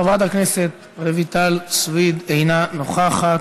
חברת הכנסת רויטל סויד, אינה נוכחת.